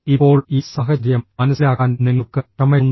ഇപ്പോൾ ഈ സാഹചര്യം മനസിലാക്കാൻ നിങ്ങൾക്ക് ക്ഷമയുണ്ടോ